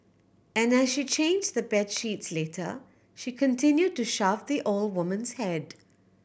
and as she changes the bed sheets later she continued to shove the old woman's head